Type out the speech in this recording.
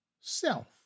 self